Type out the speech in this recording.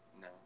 No